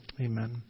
Amen